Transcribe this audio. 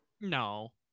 No